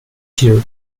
here